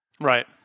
Right